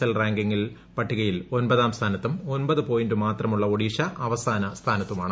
L ranking പട്ടികയിൽ ഒമ്പതാം സ്ഥാനത്തും ഒമ്പത് പോയിന്റുമാത്രമുള്ള ഒഡീഷ അവസാന സ്ഥാനത്തുമാണ്